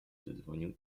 zadzwonił